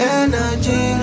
energy